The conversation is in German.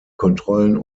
kontrollen